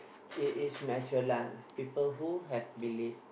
it it is natural lah people who have belief